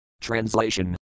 Translation